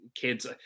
kids